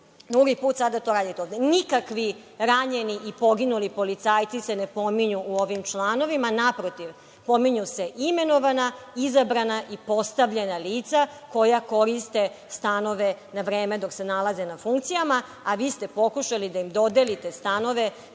drugi put sada to radite ovde. Nikakvi ranjeni i poginuli policajci se ne pominju u ovim članovima. Naprotiv, pominju se imenovana, izabrana i postavljena lica koja koriste stanove na vreme dok se nalaze na funkcijama, a vi ste pokušali da im dodelite stanove